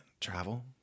Travel